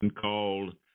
called